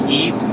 eat